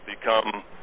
become